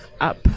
up